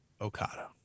Okada